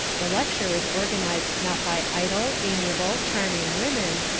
the lecture is organised not by idle, amiable, charming women,